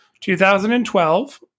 2012